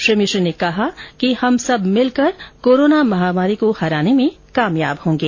श्री मिश्र ने कहा कि हम सब मिलकर कोरोना महामारी को हराने में कामयाब होंगे